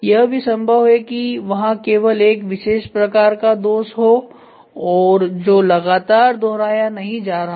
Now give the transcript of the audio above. यह भी संभव हैकि वहां केवल एक विशेष प्रकार का दोष हो और जो लगातार दोहराया नहीं जा रहा हो